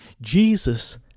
Jesus